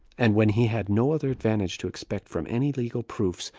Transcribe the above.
and when he had no other advantage to expect from any legal proofs,